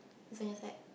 it's an effect